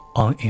on